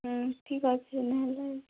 ଉଁ ଠିକ୍ ଅଛି ହେଲେ ହେଲେ